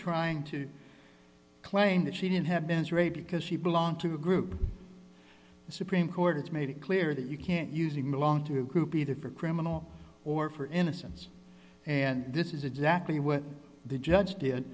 trying to claim that she didn't have been xrayed because she belonged to a group the supreme court has made it clear that you can't using belong to group either for criminal or for innocence and this is exactly what the judge did